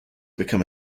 become